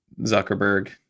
Zuckerberg